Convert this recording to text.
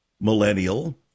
millennial